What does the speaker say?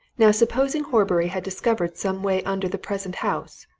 now, supposing horbury had discovered some way under the present house,